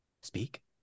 Speak